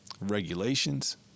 regulations